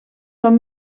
són